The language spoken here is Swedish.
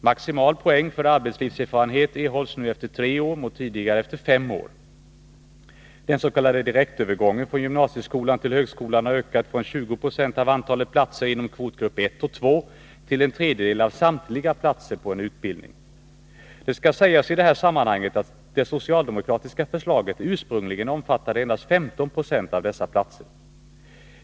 Maximal poäng för arbetslivserfarenhet erhålls nu efter tre år mot tidigare efter fem år. Den s.k. direktövergången från gymnasieskolan till högskolan har ökat från 20 96 av antalet platser inom kvotgrupp 1 och 2 till en tredjedel av samtliga platser på en utbildning. Det skall i det här sammanhanget sägas att det socialdemokratiska förslaget ursprungligen omfattade endast 15 20 av dessa platser.